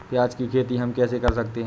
प्याज की खेती हम कैसे कर सकते हैं?